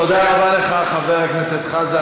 אתה זה, תודה רבה לך, חבר הכנסת חזן.